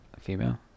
Female